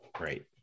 right